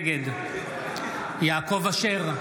נגד יעקב אשר,